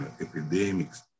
epidemics